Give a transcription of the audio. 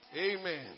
Amen